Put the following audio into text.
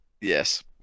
Yes